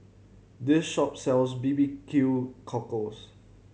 this shop sells B B Q cockles